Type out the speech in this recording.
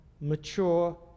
mature